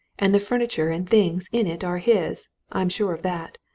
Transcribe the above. and the furniture and things in it are his i'm sure of that,